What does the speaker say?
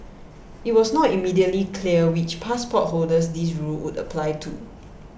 it was not immediately clear which passport holders this rule would apply to